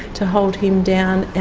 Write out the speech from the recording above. to hold him down.